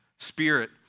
spirit